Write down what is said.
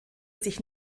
sich